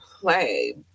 play